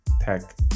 tech